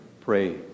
pray